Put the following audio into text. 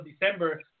December